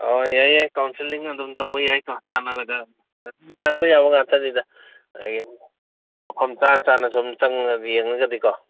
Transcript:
ꯑꯣ ꯌꯥꯏ ꯌꯥꯏ ꯀꯥꯎꯟꯁꯦꯜꯂꯤꯡ ꯑꯗꯨꯝ ꯇꯧꯕ ꯌꯥꯏꯀꯣ ꯇꯥꯟꯅꯔꯒ ꯑꯗꯨꯝ ꯐꯍꯟꯕ ꯌꯥꯕ ꯉꯥꯛꯇꯅꯤꯗ ꯉꯁꯥꯏꯒꯤ ꯃꯐꯝ ꯆꯥ ꯆꯥꯅꯁꯨꯝ ꯆꯪꯉꯒ ꯌꯦꯡꯉꯒꯗꯤꯀꯣ